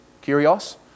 Curios